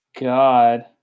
God